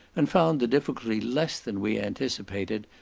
and found the difficulty less than we anticipated,